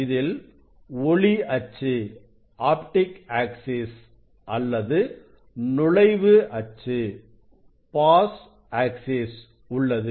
இதில் ஒளி அச்சு அல்லது நுழைவு அச்சு உள்ளது